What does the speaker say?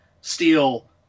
steal